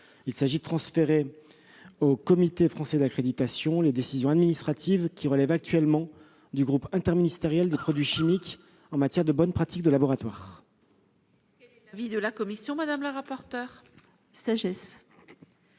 Il s'agit de transférer au Comité français d'accréditation les décisions administratives qui relèvent actuellement du groupe interministériel des produits chimiques, en matière de bonnes pratiques de laboratoire.